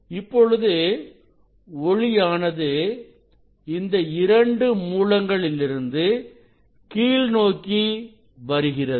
இப்பொழுது ஒளியானது இந்த இரண்டு மூலங்களிலிருந்து கீழ் நோக்கி வருகிறது